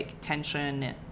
tension